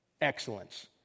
excellence